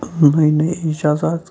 نٔے نٔے ایٖجادات